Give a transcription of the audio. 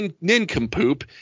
nincompoop